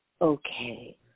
okay